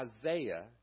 Isaiah